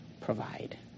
provide